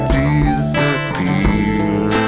disappear